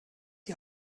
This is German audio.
die